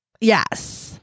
Yes